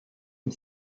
une